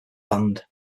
band